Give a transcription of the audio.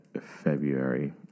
February